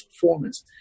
performance